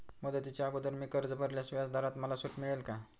मुदतीच्या अगोदर मी कर्ज भरल्यास व्याजदरात मला सूट मिळेल का?